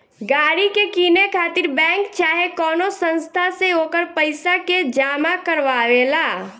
गाड़ी के किने खातिर बैंक चाहे कवनो संस्था से ओकर पइसा के जामा करवावे ला